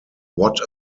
what